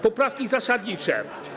Poprawki zasadnicze.